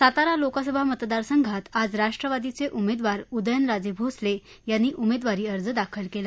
सातारा लोकसभा मतदार संघात आज राष्ट्रवादीचे उमेदवार उद्यनराजे भोसले यांनी उमेदवारी अर्ज दाखल केला